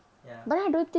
ya